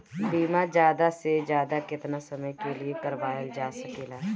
बीमा ज्यादा से ज्यादा केतना समय के लिए करवायल जा सकेला?